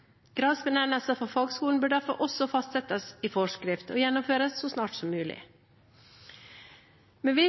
for fagskolen bør derfor også fastsettes i forskrift og gjennomføres så snart som mulig.